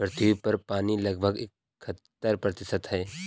पृथ्वी पर पानी लगभग इकहत्तर प्रतिशत है